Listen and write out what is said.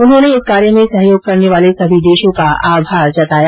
उन्होंने इस कार्य में सहयोग करने वाले सभी देशों का आभार जताया